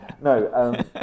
No